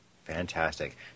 Fantastic